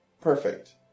perfect